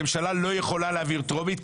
הממשלה לא יכולה להעביר טרומית,